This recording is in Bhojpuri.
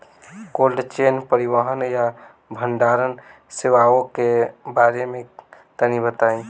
कोल्ड चेन परिवहन या भंडारण सेवाओं के बारे में तनी बताई?